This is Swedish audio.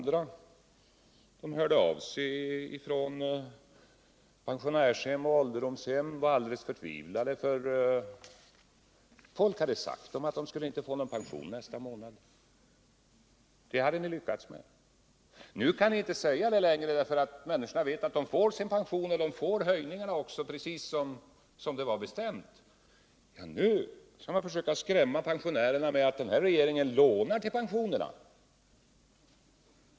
De hörde av sig från pensionärshem och ålderdomshem och var alldeles förtvivlade, för man hade sagt dem att de inte skulle få någon pension nästa månad. Då nådde ni framgång. Nu kan ni inte längre säga så, eftersom människor vet att de får sin pension och även höjningarna precis som var bestämt. Nu försöker ni skrämma pensionärerna med att denna regering lånar till pensionerna.